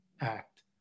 act